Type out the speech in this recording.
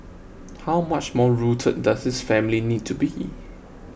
how much more rooted does this family need to be